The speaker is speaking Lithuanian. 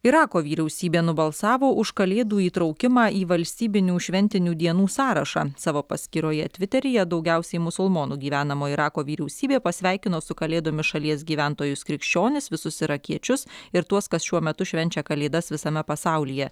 irako vyriausybė nubalsavo už kalėdų įtraukimą į valstybinių šventinių dienų sąrašą savo paskyroje tviteryje daugiausiai musulmonų gyvenamo irako vyriausybė pasveikino su kalėdomis šalies gyventojus krikščionis visus irakiečius ir tuos kas šiuo metu švenčia kalėdas visame pasaulyje